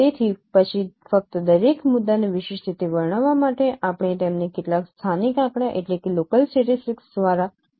તેથી પછી ફક્ત દરેક મુદ્દાને વિશિષ્ટ રીતે વર્ણવવા માટે આપણે તેમને કેટલાક સ્થાનિક આંકડા દ્વારા વર્ણવી શકીએ